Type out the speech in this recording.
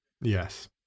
yes